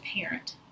parent